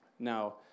Now